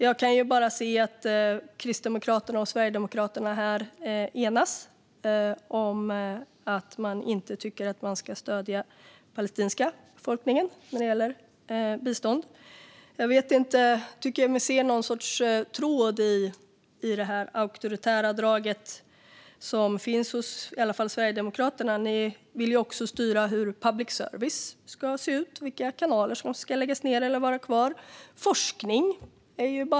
Jag kan bara se att Kristdemokraterna och Sverigedemokraterna här enas om att man inte tycker att vi ska stödja den palestinska befolkningen med bistånd. Jag tycker mig se någon sorts tråd i det här auktoritära draget som finns hos i alla fall Sverigedemokraterna. Ni vill ju också styra hur public service ska se ut, vilka kanaler som ska läggas ned och vara kvar.